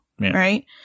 Right